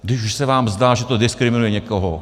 Když už se vám zdá, že to diskriminuje někoho.